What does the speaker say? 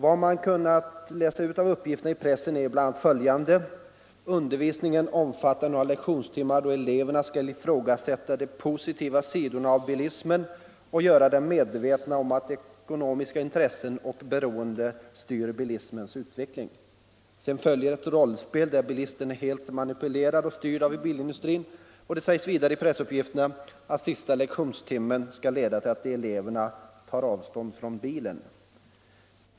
Av uppgifterna i pressen har man bl.a. kunna utläsa följande: Undervisningen omfattar några lektionstimmar då eleverna skall ifrågasätta de positiva sidorna av bilismen och göras medvetna om att ekonomiska intressen och beroende styr bilismens utveckling. Sedan följer rollspel där bilisten är helt manipulerad och styrd av bilindustrin. Det sägs vidare i pressuppgifterna att sista lektionstimmen skall leda till att eleverna tar avstånd från bilen.